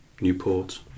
Newport